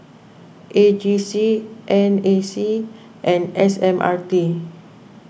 A G C N A C and S M R T